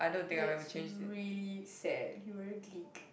that's really sad you were a glick